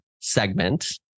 Segment